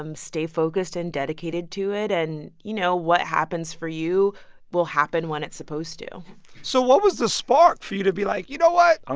um stay focused and dedicated to it. and, you know, what happens for you will happen when it's supposed to so what was the spark for you to be like, you know what, i'll.